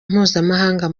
mpuzamahanga